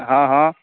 हँ हँ